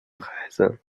preise